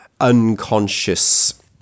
unconscious